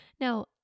Now